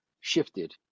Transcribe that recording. shifted